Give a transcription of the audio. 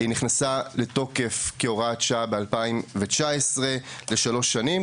היא נכנסה לתוקף כהוראת שעה ב-2019 לשלוש שנים,